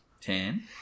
Ten